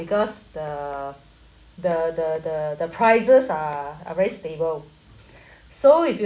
because the the the the the prices are are very stable so if you